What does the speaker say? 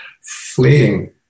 fleeing